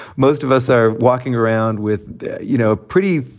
most of us are walking around with, you know, pretty,